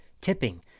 tipping